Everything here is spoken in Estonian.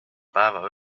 päeva